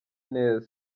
neza